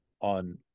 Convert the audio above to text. on